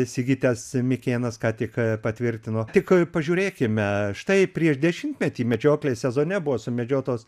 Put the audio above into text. sigitas mikėnas ką tik patvirtino tik pažiūrėkime štai prieš dešimtmetį medžioklės sezone buvo sumedžiotos